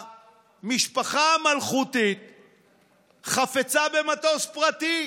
המשפחה המלכותית חפצה במטוס פרטי.